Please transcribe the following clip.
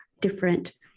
different